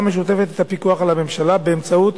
המשותפת את הפיקוח על הממשלה באמצעות